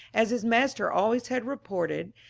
as his master always had reported,